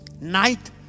Night